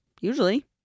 usually